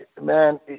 man